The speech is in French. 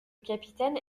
capitaine